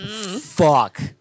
Fuck